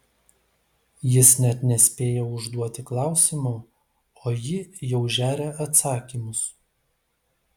jis net nespėja užduoti klausimo o ji jau žeria atsakymus